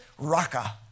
Raka